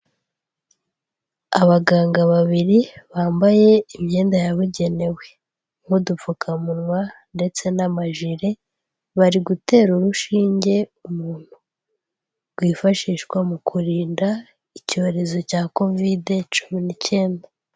Abaganga babiri bambaye imyenda yabugenewe nk'udupfukamunwa ndetse n'amajire, bari gutera urushinge umuntu rwifashishwa mu kurinda icyorezo cya kovide cumi n'icyenda.